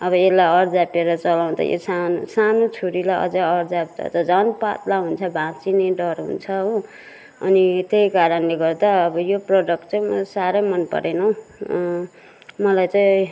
अब यसलाई अर्जापेर चलाउँ त यो सानो सानो छुरीलाई अझै अर्जाप्दा त झन पातला हुन्छ भाँच्चिने डर हुन्छ हो अनि त्यही कारणले गर्दा अब यो प्रोडक्ट चाहिँ मलाई साह्रै मन परेन मलाई चाहिँ